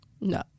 No